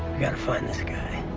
gotta find this guy.